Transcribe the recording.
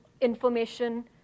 information